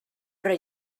però